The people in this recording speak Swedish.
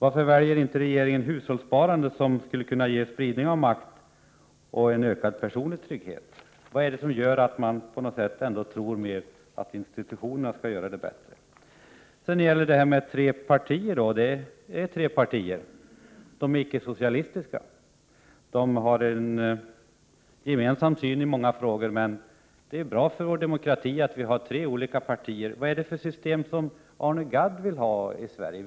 Varför väljer regeringen inte i stället hushållssparandet, som skulle kunna ge spridning av makt och en ökad personlig trygghet? Varför tror man på att institutionerna skall göra detta på ett bättre sätt? Vad gäller talet om tre partier vill jag säga att det faktiskt är fråga om tre icke-socialistiska partier. De har en gemensam syn i många frågor, men det är ändå trots allt bra för vår demokrati att de är tre olika partier. Vilket system vill Arne Gadd ha i Sverige?